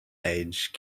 age